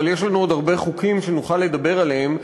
אבל יש לנו עוד הרבה חוקים שנוכל לדבר עליהם,